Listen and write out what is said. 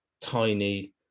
tiny